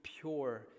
pure